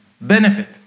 benefit